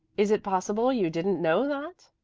is it possible you didn't know that?